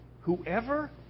Whoever